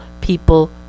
People